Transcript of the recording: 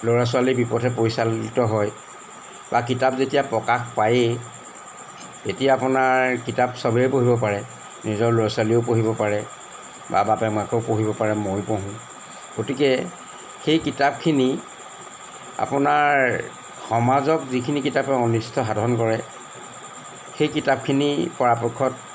ল'ৰা ছোৱালী বিপথে পৰিচালিত হয় বা কিতাপ যেতিয়া প্ৰকাশ পায়েই তেতিয়া আপোনাৰ কিতাপ চবেই পঢ়িব পাৰে নিজৰ ল'ৰা ছোৱালীয়েও পঢ়িব পাৰে বা বাপেক মাকেও পঢ়িব পাৰে ময়ো পঢ়োঁ গতিকে সেই কিতাপখিনি আপোনাৰ সমাজক যিখিনি কিতাপে অনিষ্ট সাধন কৰে সেই কিতাপখিনি পৰাপক্ষত